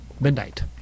midnight